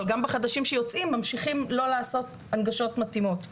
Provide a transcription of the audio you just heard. גם בחדשים שיוצאים ממשיכים לא לעשות הנגשות מתאימות.